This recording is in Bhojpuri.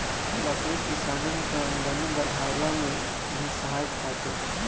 लकड़ी किसानन के आमदनी बढ़वला में भी सहायक बाटे